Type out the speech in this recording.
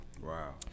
Wow